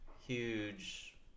huge